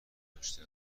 گذاشته